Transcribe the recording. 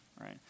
Right